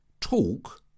talk